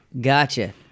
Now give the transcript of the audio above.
Gotcha